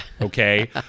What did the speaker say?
okay